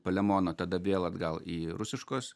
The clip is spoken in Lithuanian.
palemono tada vėl atgal į rusiškus